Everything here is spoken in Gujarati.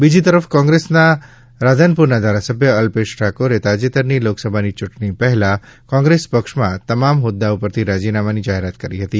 બીજી તરફ કોંગ્રેસના રાધનપુરના ધારાસભ્ય અલ્પેશ ઠાકોરે તાજેતરની લોકસભાની ચૂંટણી પહેલાં કોંગ્રેસ પક્ષમાં તમામ હોદ્દા ઉપરથી રાજીનામાની જાહેરાત કરી હતી